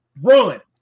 run